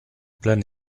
plein